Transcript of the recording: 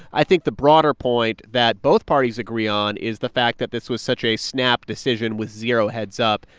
i think the broader point that both parties agree on is the fact that this was such a snap decision with zero heads up,